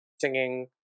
singing